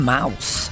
Mouse